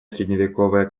средневековая